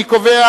אני קובע